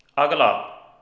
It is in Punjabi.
ਅਗਲਾ